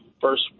first